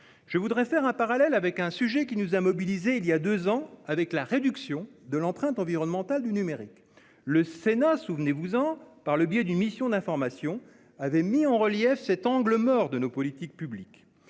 d'établir un parallèle avec un sujet qui nous a mobilisés il y a deux ans : la réduction de l'empreinte environnementale du numérique. Le Sénat- souvenez-vous-en -, dans le cadre d'une mission d'information, avait mis en évidence cet angle mort de nos politiques publiques,